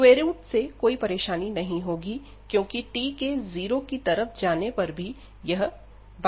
square root से कोई परेशानी नहीं होगी क्योंकि t के जीरो की तरफ जाने पर भी यह बॉउंडेड है